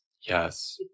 Yes